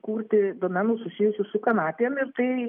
kurti domenų susijusių su kanapėm ir tai